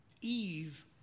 Eve